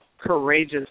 courageous